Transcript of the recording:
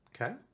okay